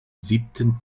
siebten